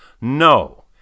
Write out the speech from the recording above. no